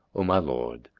o my lord,